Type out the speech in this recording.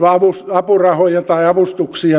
apurahoja tai avustuksia